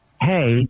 Hey